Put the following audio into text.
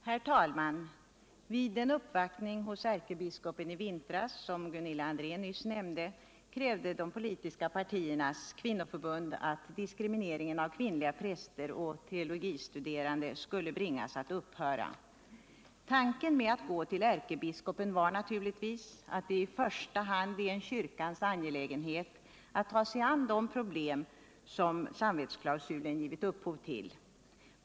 Herr talman! Vid en uppvaktning hos ärkebiskopen i vintras krävde, som Gunilla André nyss nämnde, de politiska partiernas kvinnoförbund att diskrimineringen av kvinnliga präster och teologistuderande skulle bringas att upphöra. Tanken med att gå till ärkebiskopen var naturligtvis att det i första hand är en kyrkans angelägenhet att ta sig an de problem som samvetsklausulen har givit upphov till.